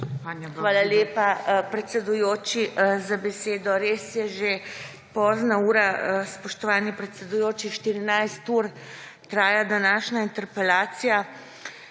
Hvala lepa, predsedujoči, za besedo. Res je že pozna ura, spoštovani predsedujoči, 14 ur traja današnja interpelacija